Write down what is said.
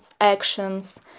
actions